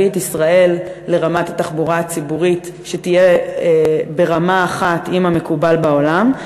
את ישראל לרמת התחבורה הציבורית שתהיה ברמה אחת עם המקובל בעולם.